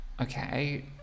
Okay